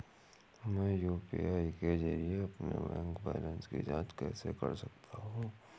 मैं यू.पी.आई के जरिए अपने बैंक बैलेंस की जाँच कैसे कर सकता हूँ?